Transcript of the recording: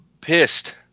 pissed